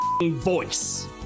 voice